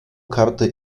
karty